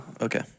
Okay